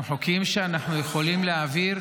גם חוקים שאנחנו יכולים להעביר,